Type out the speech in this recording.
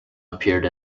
appeared